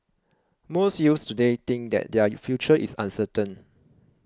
most youths today think that their future is uncertain